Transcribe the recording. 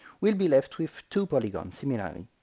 we'll be left with two polygons similarly.